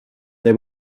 they